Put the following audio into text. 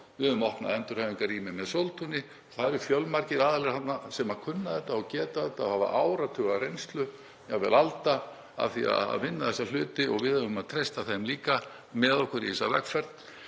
við höfum opnað endurhæfingarrými með Sóltúni. Það eru fjölmargir aðilar þarna sem kunna þetta og geta þetta og hafa áratugareynslu, jafnvel alda-, af því að vinna þessa hluti og við eigum að treysta þeim líka með okkur í þessa vegferð.